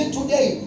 today